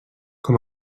com